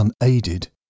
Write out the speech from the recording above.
unaided